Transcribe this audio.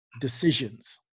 decisions